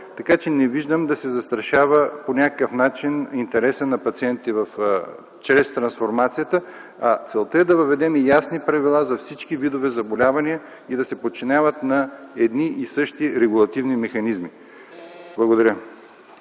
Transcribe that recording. Така че не виждам да се застрашава по някакъв начин интересът на пациентите чрез трансформацията. Целта е да въведем ясни правила за всички видове заболявания и да се подчиняват на едни и същи регулативни механизми. Благодаря.